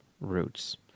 Roots